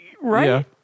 right